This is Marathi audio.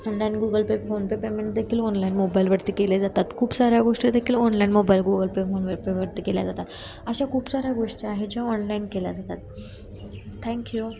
online Google Pay PhonePe payment देखील ऑनलाईन मोबाईलवरती केले जातात खूप साऱ्या गोष्टी देखील ऑनलाईन मोबाईल गुगल पे फोनवर पे वरती केल्या जातात अशा खूप साऱ्या गोष्टी आहेत जे ऑनलाईन केल्या जातात थँक यू